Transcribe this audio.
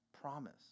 promise